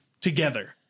together